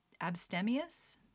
abstemious